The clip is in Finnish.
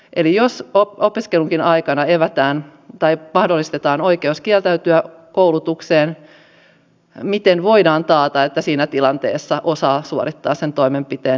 eli jos opiskelunkin aikana mahdollistetaan oikeus kieltäytyä koulutuksesta miten voidaan taata että siinä tilanteessa osaa suorittaa sen toimenpiteen